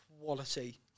quality